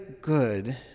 good